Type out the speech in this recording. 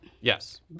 Yes